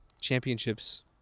championships